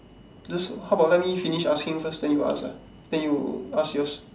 this how about let me finish asking first then you ask ah then you ask yours